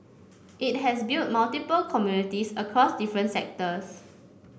it has built multiple communities across different sectors